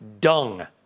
dung